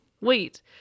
wait